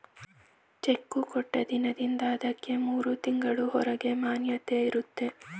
cheque ಕೊಟ್ಟ ದಿನದಿಂದ ಅದಕ್ಕೆ ಮೂರು ತಿಂಗಳು ಹೊರಗೆ ಮಾನ್ಯತೆ ಇರುತ್ತೆ